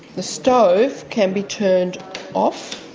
the stove can be turned off,